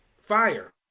fire